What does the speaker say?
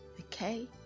okay